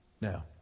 Now